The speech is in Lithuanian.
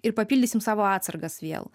ir papildysim savo atsargas vėl